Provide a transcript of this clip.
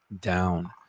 down